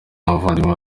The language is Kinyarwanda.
nk’abavandimwe